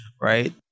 right